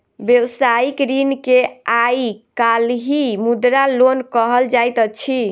व्यवसायिक ऋण के आइ काल्हि मुद्रा लोन कहल जाइत अछि